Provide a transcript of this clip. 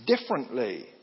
differently